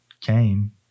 came